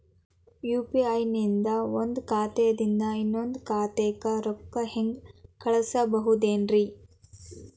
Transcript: UPI ನಿಂದ ಒಂದ್ ಖಾತಾದಿಂದ ಇನ್ನೊಂದು ಖಾತಾಕ್ಕ ರೊಕ್ಕ ಹೆಂಗ್ ಕಳಸ್ಬೋದೇನ್ರಿ?